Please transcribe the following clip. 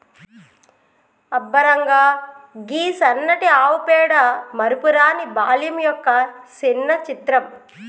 అబ్బ రంగా, గీ సన్నటి ఆవు పేడ మరపురాని బాల్యం యొక్క సిన్న చిత్రం